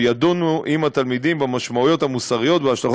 וידונו עם התלמידים במשמעויות המוסריות ובהשלכות